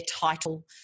title